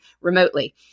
remotely